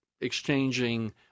exchanging